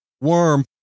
Worm